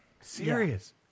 serious